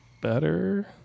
better